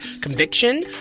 conviction